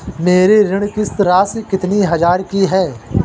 मेरी ऋण किश्त राशि कितनी हजार की है?